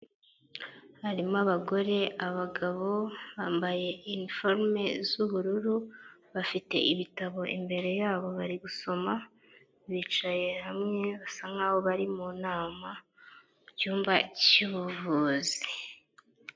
Harimo abagore ,abagabo bambaye informe z'ubururu bafite ibitabo imbere yabo bari gusoma bicaye hamwe basa nkaho bari mu nama mucyumba cyubuvuzi.